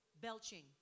belching